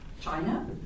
China